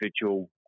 individual